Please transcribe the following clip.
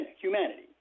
humanity